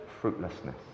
fruitlessness